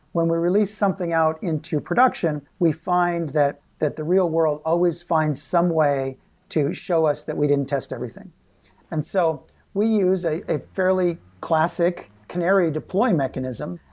when we release something out into production, we find that that the real world always finds some way to show us that we didn't test everything and so we use a a fairly classic canary deploy mechanism,